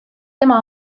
tema